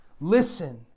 Listen